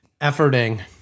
efforting